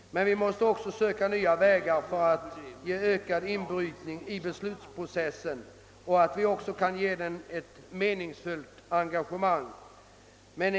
Men vi måste också söka nya vägar för att ge ökad inbrytning i beslutsprocessen och åstadkomma ett meningsfyllt engagemang.